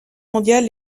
mondiale